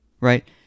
right